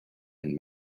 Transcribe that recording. and